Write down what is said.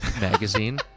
magazine